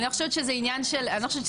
אני לא חושבת שזה עניין של אגו,